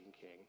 king